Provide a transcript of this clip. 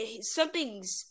something's